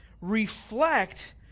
reflect